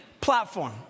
platform